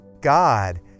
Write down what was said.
God